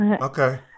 okay